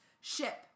Ship